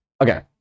okay